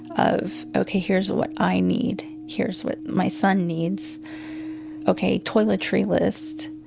of, okay, here's what i need. here's what my son needs ok. toiletry list.